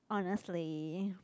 honestly